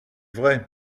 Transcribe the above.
vrai